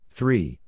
Three